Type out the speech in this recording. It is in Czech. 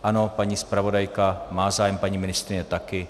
Ano, paní zpravodajka má zájem, paní ministryně taky.